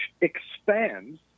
expands